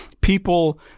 people